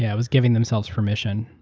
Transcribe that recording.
yeah was giving themselves permission.